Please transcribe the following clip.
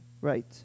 Right